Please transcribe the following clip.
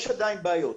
יש עדיין בעיות,